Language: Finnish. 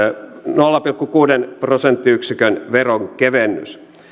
nolla pilkku kuuden prosenttiyksikön veronkevennys